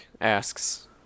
asks